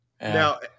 Now